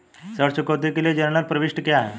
ऋण चुकौती के लिए जनरल प्रविष्टि क्या है?